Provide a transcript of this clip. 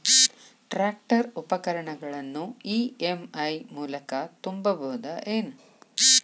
Tractor ಉಪಕರಣಗಳನ್ನು EMI ಮೂಲಕ ತುಂಬಬಹುದ ಏನ್?